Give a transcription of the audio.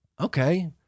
Okay